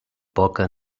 poca